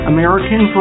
American